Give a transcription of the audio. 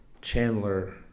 Chandler